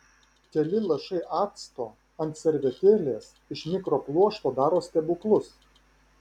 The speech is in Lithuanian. keli lašai acto ant servetėlės iš mikropluošto daro stebuklus